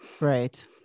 Right